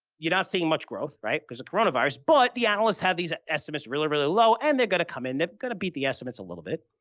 you're not seeing much growth, because of coronavirus, but the analysts have these estimates really, really low, and they're going to come in, they're going to beat the estimates a little bit.